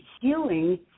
healing